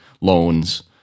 loans